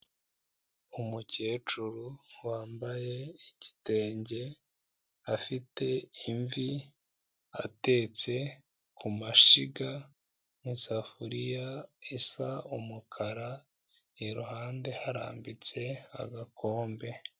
Umukecuru wambaye igitenge, afite imvi, atetse ku mashyiga n'isafuriya isa umukara, iruhande harambitse agakombe.